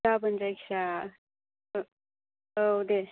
गाबोन जायखिया औ दे